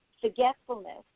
Forgetfulness